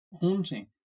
haunting